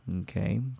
okay